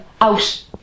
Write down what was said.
out